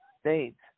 States